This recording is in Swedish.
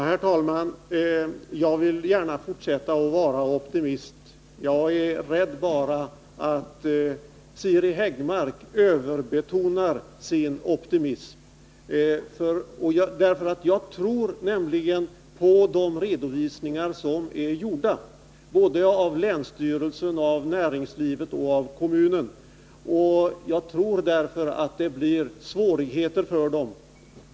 Herr talman! Jag vill gärna fortsätta att vara optimist. Jag är bara rädd för att Siri Häggmark överbetonar sin optimism. Jag tror nämligen på de redovisningar som är gjorda såväl av länsstyrelsen och kommunen som av näringslivet. Jag tror därför att det blir svårigheter för dem.